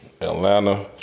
Atlanta